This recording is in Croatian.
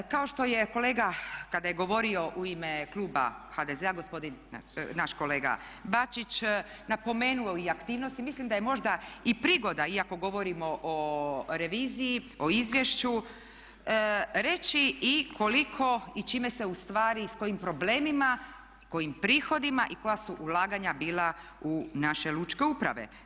Kao što je kolega kada je govorio u ime kluba HDZ-a gospodin naš kolega Bačić napomenu i aktivnosti mislim da je možda i prigoda iako govorimo o reviziji, o izvješću reći i koliko i čime se ustvari i s kojim problemima, kojim prihodima i koja su ulaganja bila u našoj lučkoj upravi.